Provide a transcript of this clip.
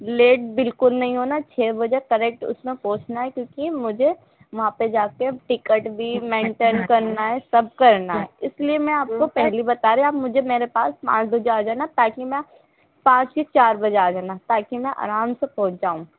late بالکل نہیں ہونا چھ بجے کریکٹ اس میں پہنچنا ہے کیونکہ مجھے وہاں پہ جا کے ٹکٹ بھی مینٹن کرنا ہے سب کرنا ہے اس لیے میں آپ کو پہلے بتا رہی آپ مجھے میرے پاس پانچ بجے آ جانا تاکہ میں پانچ یا چار بجے آ جانا تاکہ میں آرام سے پہنچ جاؤں